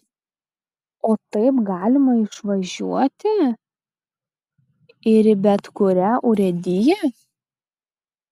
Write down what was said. o taip galima išvažiuoti ir į bet kurią urėdiją